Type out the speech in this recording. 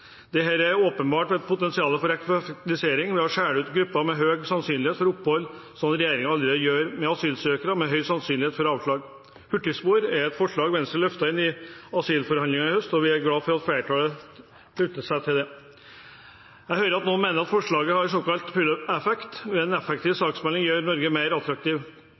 er her et åpenbart potensial for effektivisering ved å skille ut grupper med høy sannsynlighet for opphold, slik regjeringen allerede gjør med asylsøkere med høy sannsynlighet for avslag. Hurtigspor er et forslag Venstre løftet inn i asylforhandlingene i høst, og vi er glad for at flertallet slutter seg til det. Jeg hører noen mener forslaget har såkalt pull-effekt: En effektiv saksbehandling gjør Norge mer